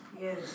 Yes